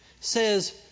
says